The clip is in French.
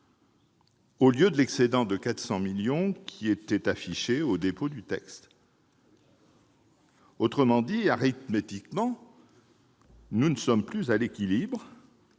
au lieu de l'excédent de 400 millions d'euros affiché lors du dépôt du texte. Autrement dit, arithmétiquement, nous ne sommes plus à l'équilibre